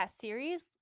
series